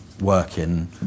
working